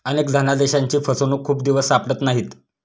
अनेक धनादेशांची फसवणूक खूप दिवस सापडत नाहीत